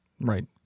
right